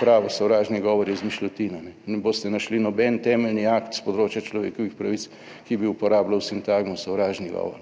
pravu sovražni govor je izmišljotina, ne boste našli noben temeljni akt s področja človekovih pravic, ki bi uporabljal sintagmo sovražni govor.